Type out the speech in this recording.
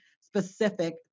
specific